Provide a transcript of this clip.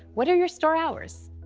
what are your store hours?